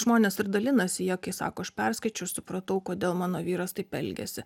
žmonės dalinasi jie kai sako aš perskaičiau aš supratau kodėl mano vyras taip elgiasi